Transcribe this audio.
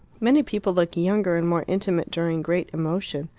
many people look younger and more intimate during great emotion.